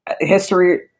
history